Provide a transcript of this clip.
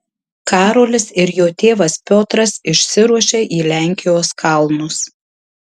karolis ir jo tėvas piotras išsiruošia į lenkijos kalnus